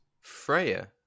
Freya